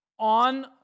On